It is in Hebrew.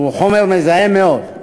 שהוא חומר מזהם מאוד,